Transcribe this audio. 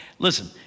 Listen